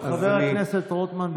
חבר הכנסת רוטמן,